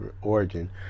origin